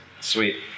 Sweet